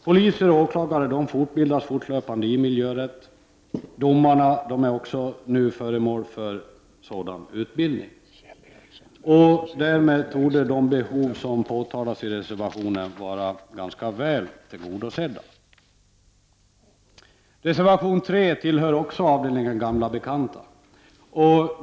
Poliser och åklagare utbildas fortlöpande i miljörätt, och även domarna är nu föremål för sådan utbildning. Därmed torde de behov som påtalas i reservationen vara ganska väl tillgodosedda. Reservation 3 tillhör också avdelningen gamla bekanta.